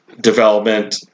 development